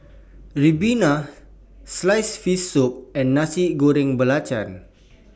Ribena Sliced Fish Soup and Nasi Goreng Belacan